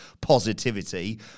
positivity